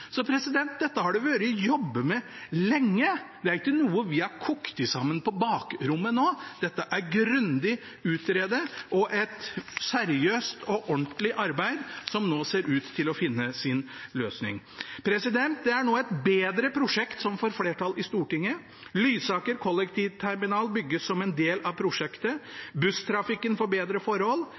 dette har det vært jobbet med lenge. Det er ikke noe vi har kokt sammen på bakrommet nå. Dette er grundig utredet, og et seriøst og ordentlig arbeid som nå ser ut til å finne sin løsning. Det er nå et bedre prosjekt som får flertall i Stortinget. Lysaker kollektivterminal bygges som en del av prosjektet. Busstrafikken får bedre forhold.